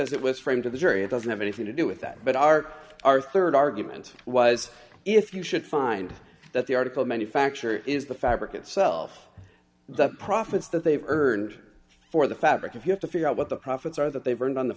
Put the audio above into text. as it was framed to the jury it doesn't have anything to do with that but our our rd argument was if you should find that the article manufacture is the fabric itself the profits that they've earned for the fabric if you have to figure out what the profits are that they weren't on the